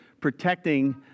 protecting